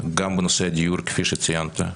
גם בנושא הדיור כפי שציינת,